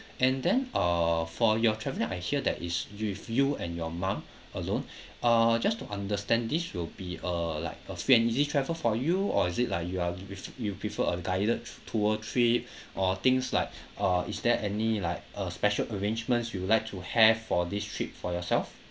and then err for your travelling I hear that it's with you and your mum alone uh just to understand this will be uh like a family travel for you or is it like you are with you prefer a guided tour trip or things like uh is there any like uh special arrangements you would like to have for this trip for yourself